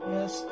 Yes